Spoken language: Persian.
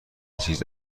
چیز